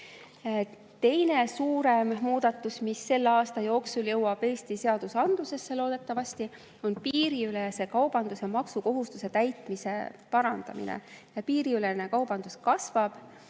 Teine suurem muudatus, mis selle aasta jooksul jõuab Eesti seadustesse, loodetavasti, on piiriülese kaubanduse maksukohustuse täitmise parandamine. Piiriülene kaubandus kasvab